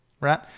right